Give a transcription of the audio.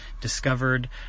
discovered